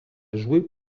jouer